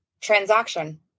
transaction